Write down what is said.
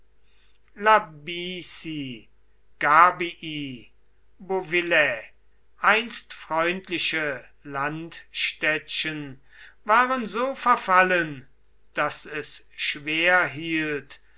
einst freundliche landstädtchen waren so verfallen daß es schwer hielt